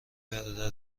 برادر